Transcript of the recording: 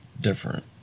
different